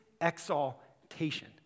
exaltation